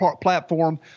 platform